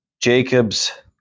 Jacob's